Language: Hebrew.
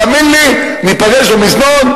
תאמין לי, ניפגש במזנון,